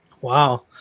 wow